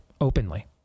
openly